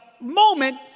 moment